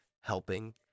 helping